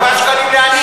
זה סך הכול 4 שקלים לעני.